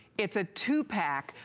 it a two pack!